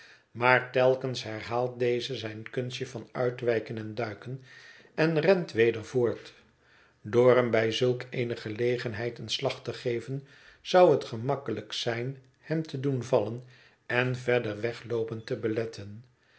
maar telkens herhaalt deze zijn kunstje van uitwijken en duiken en rent weder voort door hém bij zulk eene gelegenheid een slag te geven zou het gemakkelijk zijn hem te doen vallen en verder wegloopen te beletten